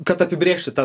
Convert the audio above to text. kad apibrėžti tą